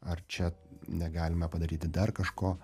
ar čia negalime padaryti dar kažko